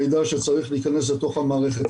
זה מידע שצריך להיכנס אל תוך המערכת הזו.